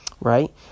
right